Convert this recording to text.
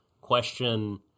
question